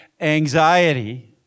anxiety